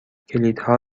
کلیدها